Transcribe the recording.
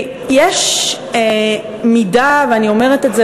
תראי, יש מידה, ואני אומרת את זה